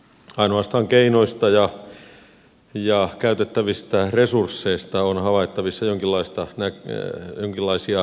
ainoastaan keinoista ja käytettävistä resursseista on havaittavissa jonkinlaisia näkemyseroja